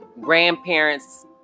grandparents